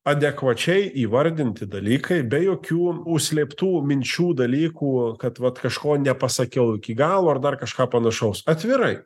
adekvačiai įvardinti dalykai be jokių užslėptų minčių dalykų kad vat kažko nepasakiau iki galo ar dar kažką panašaus atvirai